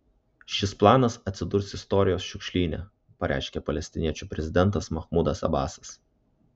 šis planas atsidurs istorijos šiukšlyne pareiškė palestiniečių prezidentas mahmudas abasas